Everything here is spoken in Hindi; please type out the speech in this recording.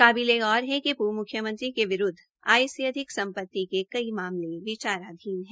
काबिलेगौर है कि प्र्व मुख्यमंत्री के विरूद्व आय से अधिक सम्पति के कई मामले विचाराधीन है